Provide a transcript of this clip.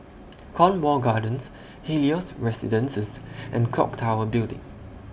Cornwall Gardens Helios Residences and Clock Tower Building